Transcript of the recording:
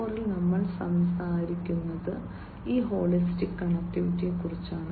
0 ൽ നമ്മൾ സംസാരിക്കുന്നത് ഈ ഹോളിസ്റ്റിക് കണക്റ്റിവിറ്റിയെക്കുറിച്ചാണ്